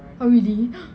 oh really